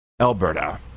alberta